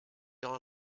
all